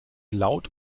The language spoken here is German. laut